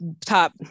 Top